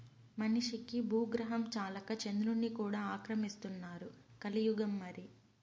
మనిషికి బూగ్రహం చాలక చంద్రుడ్ని కూడా ఆక్రమిస్తున్నారు కలియుగం మరి